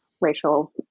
racial